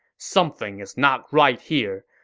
something is not right here.